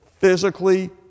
Physically